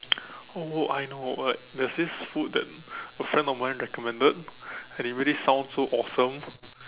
oh I know like there's this food that a friend of mine recommended and it really sounds so awesome